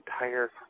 entire